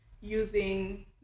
using